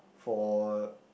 for